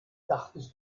dachtest